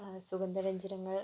സുഗന്ധവ്യഞ്ജനങ്ങൾ